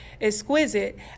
exquisite